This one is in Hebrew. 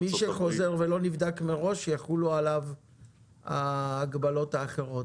ומי שחוזר ולא נבדק מראש יחולו עליו ההגבלות האחרות.